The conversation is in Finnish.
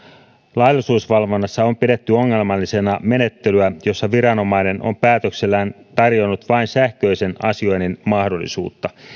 laillisuusvalvonnassa on pidetty ongelmallisena menettelyä jossa viranomainen on päätöksellään tarjonnut vain sähköisen asioinnin mahdollisuutta